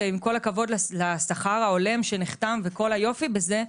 עם כל הכבוד לשכר ההולם שנחתם וכל היופי בזה,